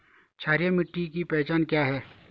क्षारीय मिट्टी की पहचान क्या है?